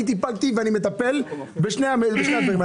אני טיפלתי ואני מטפל בשני הצדדים.